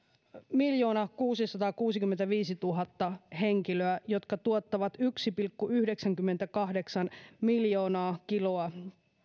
miljoonakuusisataakuusikymmentäviisituhatta henkilöä jotka tuottavat yksi pilkku yhdeksänkymmentäkahdeksan miljoonaa kiloa